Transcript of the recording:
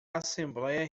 assembléia